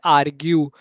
argue